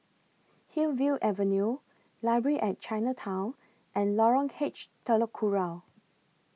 Hillview Avenue Library At Chinatown and Lorong H Telok Kurau